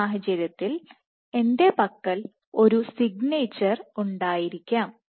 ഈ സാഹചര്യത്തിൽ എൻറെ പക്കൽ ഒരു സിഗ്നേച്ചർ ഉണ്ടായിരിക്കാം